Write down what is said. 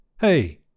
Hey